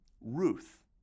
Ruth